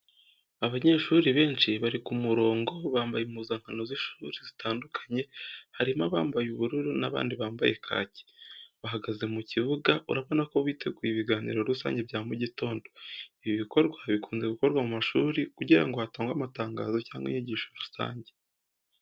Abanyeshuri benshi bari ku murongo, bambaye impuzankano z’ishuri zitandukanye harimo abambaye ubururu n’abandi bambaye kaki. Bahagaze mu kibuga, urabona ko biteguye ibiganiro rusange bya mu gitondo. Ibi bikorwa bikunze gukorwa ku mashuri kugira ngo hatangwe amatangazo cyangwa inyigisho rusange.